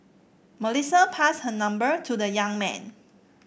Melissa passed her number to the young man